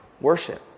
worship